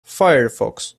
firefox